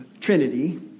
Trinity